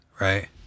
Right